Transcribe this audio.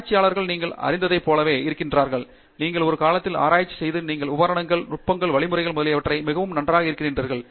ஆராய்ச்சியாளர்கள் நீங்கள் அறிந்ததைப் போலவே இருக்கிறார்கள் நீங்கள் ஒரு காலத்தில் ஆராய்ச்சி செய்து நீங்கள் உபகரணங்கள் நுட்பங்கள் வழிமுறைகள் முதலியவற்றில் மிகவும் நன்றாக இருக்கிறீர்கள்